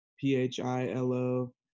P-H-I-L-O